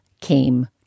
came